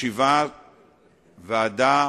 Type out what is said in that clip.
ישיבת ועדה,